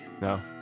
No